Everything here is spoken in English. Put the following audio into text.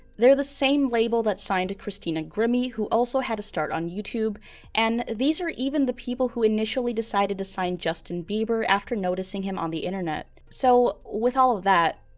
they're the same label that signed a christina grimmie, who also had to start on youtube and these are even the people who initially decided to sign justin bieber after noticing him on the internet. so with all of that,